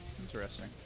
Interesting